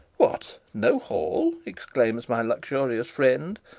what no hall? exclaims my luxurious friend,